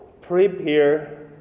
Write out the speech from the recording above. Prepare